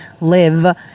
live